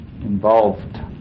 involved